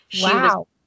wow